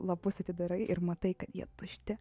lapus atidarai ir matai kad jie tušti